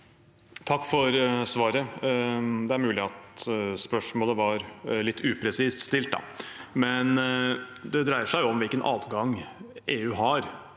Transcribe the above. Takk for svaret. Det er mulig at spørsmålet var litt upresist stilt. Det dreier seg om hvilken adgang EU har